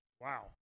Wow